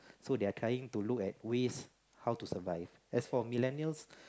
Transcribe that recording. so they're trying to look at ways how to survive as for Millenials